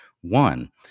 one